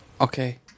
Okay